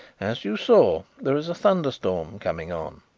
as you saw, there is a thunderstorm coming on.